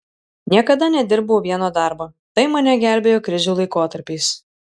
niekada nedirbau vieno darbo tai mane gelbėjo krizių laikotarpiais